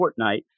Fortnite